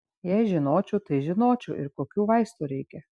jei žinočiau tai žinočiau ir kokių vaistų reikia